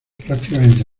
prácticamente